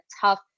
tough